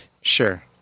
Sure